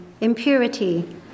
impurity